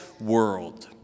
world